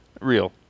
real